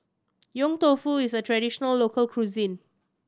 Yong Tau Foo is a traditional local cuisine